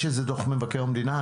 יש על זה דוח מבקר המדינה,